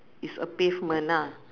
it's a pavement lah